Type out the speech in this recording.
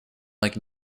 like